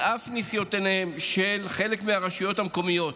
על אף ניסיונותיהן של חלק מהרשויות המקומיות